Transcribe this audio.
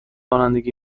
رانندگی